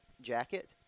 jacket